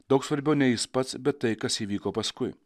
daug svarbiau ne jis pats bet tai kas įvyko paskui